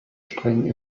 streng